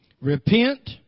Repent